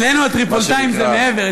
אצלנו הטריפוליטאים זה מעבר.